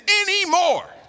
anymore